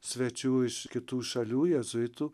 svečių iš kitų šalių jėzuitų